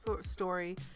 story